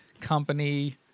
company